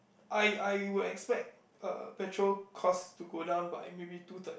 I I would expect uh petrol cost to go down by maybe two third